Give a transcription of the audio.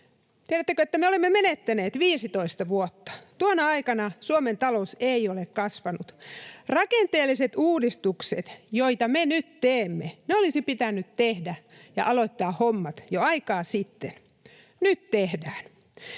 Tiedättekö, että me olemme menettäneet 15 vuotta? Tuona aikana Suomen talous ei ole kasvanut. Rakenteelliset uudistukset, joita me nyt teemme, olisi pitänyt tehdä ja aloittaa hommat jo aikaa sitten. Nyt tehdään.